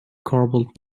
garbled